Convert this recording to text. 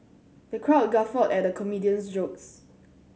the crowd guffawed at the comedian's jokes